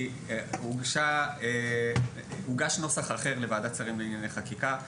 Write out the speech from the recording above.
כי הוגש נוסח אחר לוועדת שרים לענייני חקיקה.